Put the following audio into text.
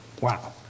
Wow